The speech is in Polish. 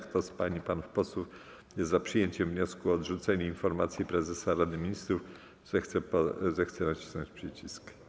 Kto z pań i panów posłów jest za przyjęciem wniosku o odrzucenie informacji prezesa Rady Ministrów, zechce nacisnąć przycisk.